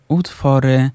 utwory